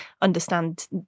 understand